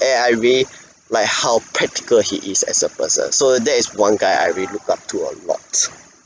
eh I mean like how practical he is as a person so that is one guy I really look up to a lot